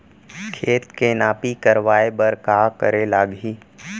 खेत के नापी करवाये बर का करे लागही?